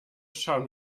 schauen